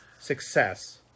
success